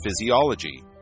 physiology